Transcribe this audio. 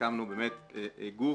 והקמנו באמת גוף,